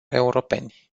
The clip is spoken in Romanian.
europeni